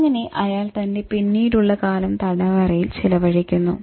അങ്ങനെ അയാൾ തന്റെ പിന്നീടുള്ള കാലം തടവറയിൽ ചിലവഴിക്കുന്നു